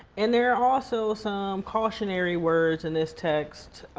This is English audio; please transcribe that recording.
and there are also some cautionary words in this text,